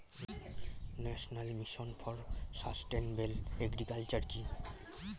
National mission for sustainable agriculture কি?